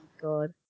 god